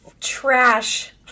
trash